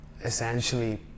essentially